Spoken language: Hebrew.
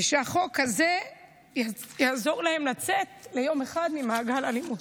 שהחוק הזה יעזור להן לצאת ליום אחד ממעגל האלימות.